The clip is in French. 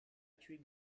tuer